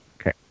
Okay